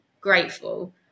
grateful